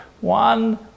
One